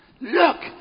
Look